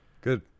Good